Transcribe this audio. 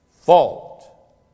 fault